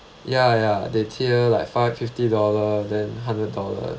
ya ya they tier like five fifty dollar then hundred dollar